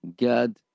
God